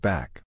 Back